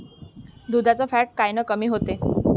दुधाचं फॅट कायनं कमी होते?